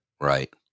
Right